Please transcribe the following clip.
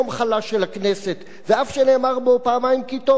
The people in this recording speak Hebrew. ואף שנאמר בו פעמיים "כי טוב" לא כדאי להפוך אותו ליום שבת,